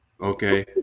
Okay